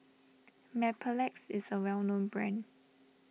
Mepilex is a well known brand